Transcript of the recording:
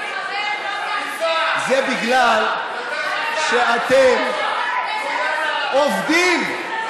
זה בגלל שאתם עובדים בשיטת עבודה,